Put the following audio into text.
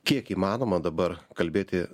kiek įmanoma dabar kalbėti